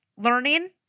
learning